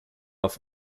auf